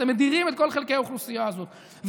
אתם מדירים את כל חלקי האוכלוסייה הזאת,